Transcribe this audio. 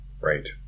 Right